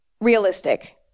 realistic